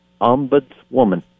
Ombudswoman